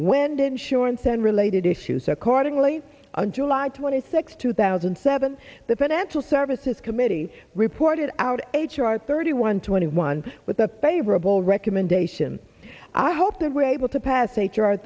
wind insurance and related issues accordingly on july twenty sixth two thousand and seven the financial services committee reported out h r thirty one twenty one with a favorable recommendation i hope they were able to pass